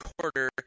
quarter